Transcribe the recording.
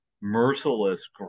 merciless